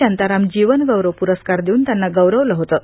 शांताराम जीवन गौरव पुरस्कार देऊन त्यांना गौरवलं होतं